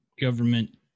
government